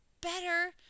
better